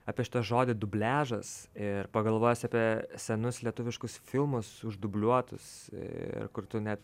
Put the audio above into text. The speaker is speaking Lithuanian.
apie šitą žodį dubliažas ir pagalvojęs apie senus lietuviškus filmus uždubliuotus ir kur tu net